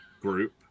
group